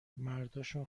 مرداشون